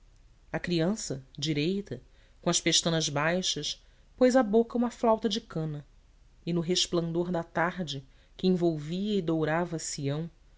a criança direita com as pestanas baixas pôs à boca uma flauta de cana e no resplendor da tarde que envolvia e dourava sião